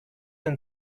and